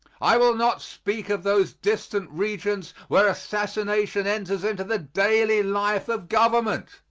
i will not speak of those distant regions where assassination enters into the daily life of government.